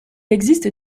existe